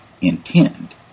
intend